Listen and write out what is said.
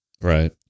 Right